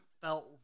felt